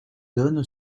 donne